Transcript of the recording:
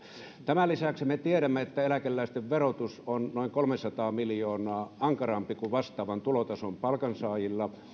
tämän lisäksi me tiedämme että eläkeläisten verotus on noin kolmesataa miljoonaa ankarampi kuin vastaavan tulotason palkansaajilla